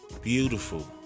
Beautiful